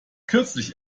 kürzlich